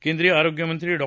केंद्रीय आरोग्यमंत्री डॉ